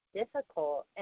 difficult